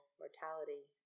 mortality